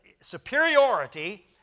superiority